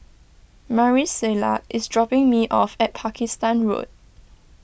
Marisela is dropping me off at Pakistan Road